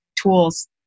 tools